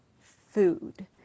food